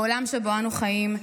בעולם שבו אנו חיים,